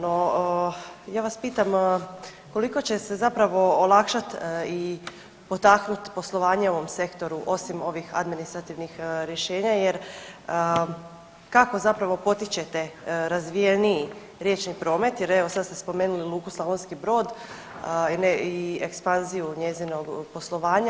No, ja vas pitam koliko će se zapravo olakšat i potaknut poslovanje u ovom sektoru osim ovih administrativnih rješenja jer kako zapravo potičete razvijeniji riječni promet jer evo sad ste spomenuli luku Slavonski Brod i ekspanziju njezinog poslovanja.